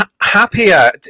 happier